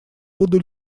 буду